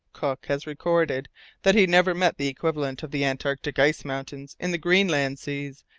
cook has recorded that he never met the equivalent of the antarctic ice mountains in the greenland seas,